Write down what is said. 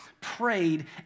prayed